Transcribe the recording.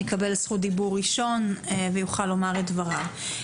יקבל זכות דיבור ראשון ויוכל לומר את דבריו.